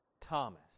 Thomas